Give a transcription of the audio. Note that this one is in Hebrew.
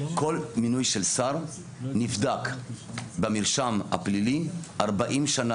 כל מינוי של שר נבדק במרשם הפלילי 40 שנה